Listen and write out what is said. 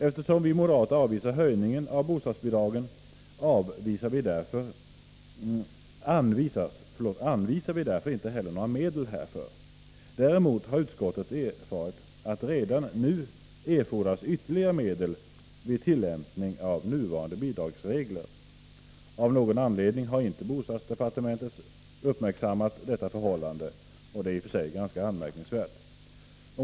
Eftersom vi moderater avvisar höjningen av bostadsbidragen, anvisar vi därför inte heller några medel härför. Däremot har utskottet erfarit att det redan nu erfordras ytterligare medel vid tillämpning av nuvarande bidragsregler. Av någon anledning har bostadsdepartementet inte uppmärksammat detta förhållande. Det är ganska anmärkningsvärt.